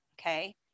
Okay